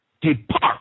Depart